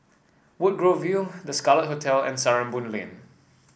Woodgrove View The Scarlet Hotel and Sarimbun Lane